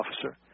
officer